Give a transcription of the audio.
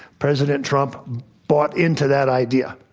president trump bought into that idea.